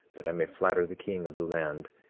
that i may flatter the king of the land,